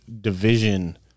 division